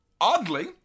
oddly